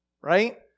right